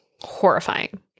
Horrifying